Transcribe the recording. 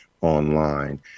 online